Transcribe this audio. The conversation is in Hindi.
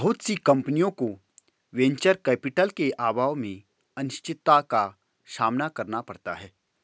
बहुत सी कम्पनियों को वेंचर कैपिटल के अभाव में अनिश्चितता का सामना करना पड़ता है